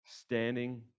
standing